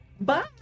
Bye